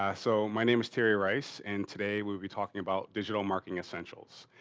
ah so my name is terry rice and today we will be talking about digital marketing essentials.